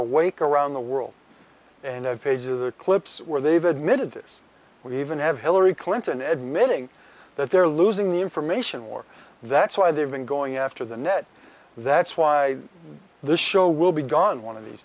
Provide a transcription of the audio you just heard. awake around the world and pages of the clips where they've admitted this we even have hillary clinton admitting that they're losing the information war that's why they've been going after the net that's why this show will be gone one of these